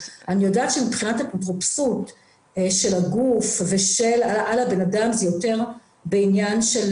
אני יודעת שמבחינת אפוטרופסות של הגוף על הבן-אדם זה יותר בעניין של